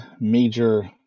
major